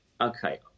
Okay